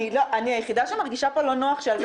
אני היחידה שמרגישה פה לא נוח שאנחנו